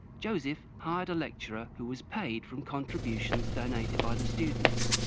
joseph hired a lecturer who was paid from contributions donated by the students.